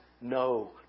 no